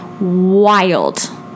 wild